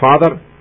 father